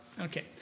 Okay